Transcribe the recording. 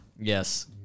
Yes